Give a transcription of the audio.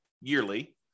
yearly